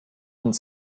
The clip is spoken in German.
und